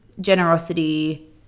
generosity